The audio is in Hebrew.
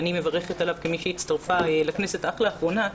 אני מברכת עליו כמי שהצטרפה לכנסת רק לאחרונה,